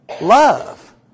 love